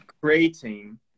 creating